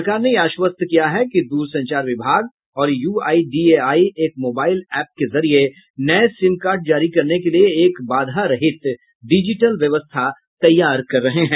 सरकार ने यह आशवस्त किया है कि दूरसंचार विभाग और यूआईडीएआई एक मोबाइल ऐप के जरिए नये सिम कार्ड जारी करने के लिए एक बाधा रहित डिजिटल व्यवस्था तैयार कर रहे हैं